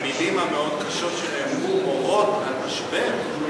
המילים המאוד-קשות שנאמרו מורות על משבר.